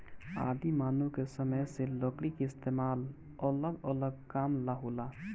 आदि मानव के समय से लकड़ी के इस्तेमाल अलग अलग काम ला होला